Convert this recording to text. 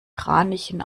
kranichen